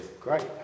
Great